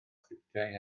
sgriptiau